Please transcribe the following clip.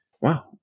wow